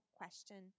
question